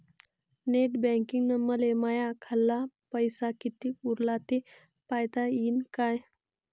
Net बँकिंगनं मले माह्या खाल्ल पैसा कितीक उरला थे पायता यीन काय?